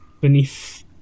beneath